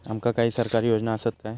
आमका काही सरकारी योजना आसत काय?